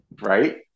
Right